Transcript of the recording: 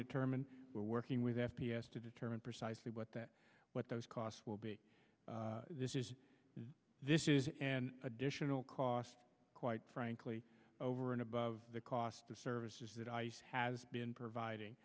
determine we're working with f p s to determine precisely what that those costs will be this is this is an additional cost quite frankly over and above the cost of services that ice has been providing